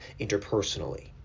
interpersonally